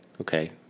Okay